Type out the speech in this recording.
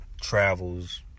travels